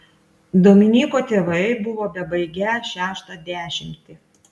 dominyko tėvai buvo bebaigią šeštą dešimtį